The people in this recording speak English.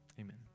Amen